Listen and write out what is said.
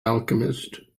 alchemist